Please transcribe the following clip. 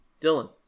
Dylan